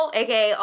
aka